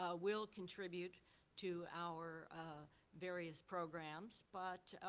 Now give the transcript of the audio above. ah will contribute to our various programs. but